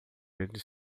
eles